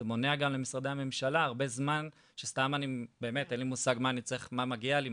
זה מונע גם למשרדי הממשלה הרבה זמן שאין לי מושג מה מגיע לי,